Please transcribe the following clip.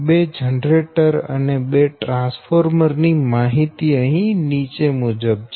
બે જનરેટર અને બે ટ્રાન્સફોર્મર ની માહિતી નીચે મુજબ છે